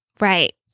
right